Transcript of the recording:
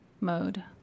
mode